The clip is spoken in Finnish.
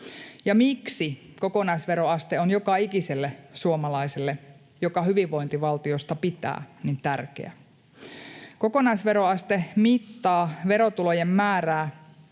miksi kokonaisveroaste on joka ikiselle suomalaiselle, joka hyvinvointivaltiosta pitää, niin tärkeä. Kokonaisveroaste mittaa verotulojen määrää